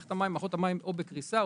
מערכות המים נמצאות בקריסה,